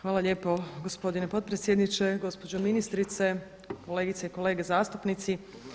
Hvala lijepo gospodine potpredsjedniče, gospođo ministrice, kolegice i kolege zastupnici.